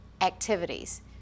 activities